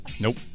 Nope